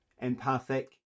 empathic